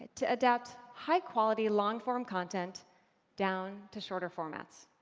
to adapt high quality long-form content down to shorter formats.